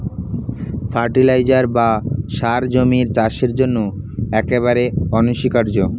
fertiliser বা সার জমির চাষের জন্য একেবারে অনস্বীকার্য